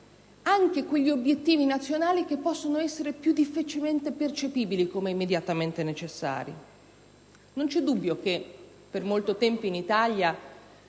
anche quegli obiettivi nazionali che magari possono essere più difficilmente percepibili come immediatamente necessari. Non vi è dubbio che per molto tempo in Italia,